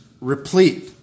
replete